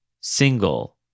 single